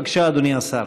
בבקשה, אדוני השר.